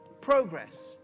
progress